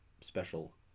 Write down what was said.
special